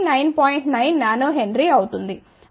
8 nH అవుతుంది